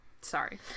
Sorry